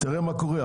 תראה מה קורה.